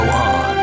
on